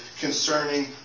concerning